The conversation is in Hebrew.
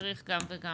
צריך גם וגם.